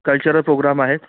कल्चरं program आहे